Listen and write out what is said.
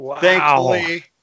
Thankfully